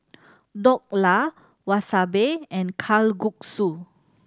Dhokla Wasabi and Kalguksu